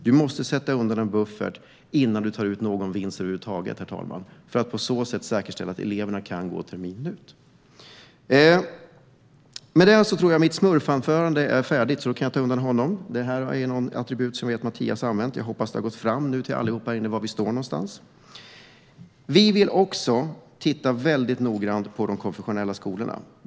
Det måste finnas en buffert innan man kan ta ut någon vinst över huvud taget för att på så sätt säkerställa att eleverna kan gå terminen ut. Med detta tror jag att mitt smurfanförande är klart, så då kan jag ta undan honom. Det här är ett attribut som jag vet att Mattias Karlsson har använt; jag hoppas att det har gått fram till allihop här inne var vi står någonstans. Vi vill också titta väldigt noggrant på de konfessionella skolorna.